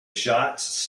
shots